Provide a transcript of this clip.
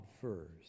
first